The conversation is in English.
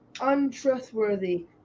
untrustworthy